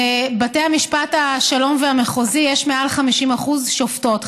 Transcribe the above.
בבתי משפט השלום והמחוזי יש מעל 50% שופטות,